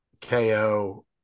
KO